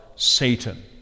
Satan